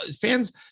fans